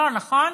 לא, נכון?